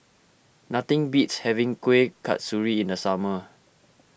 nothing beats having Kuih Kasturi in the summer